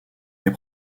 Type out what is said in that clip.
est